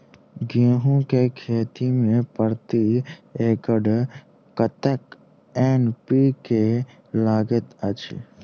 गेंहूँ केँ खेती मे प्रति एकड़ कतेक एन.पी.के लागैत अछि?